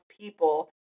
people